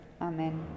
Amen